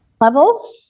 level